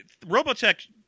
Robotech